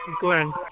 glenn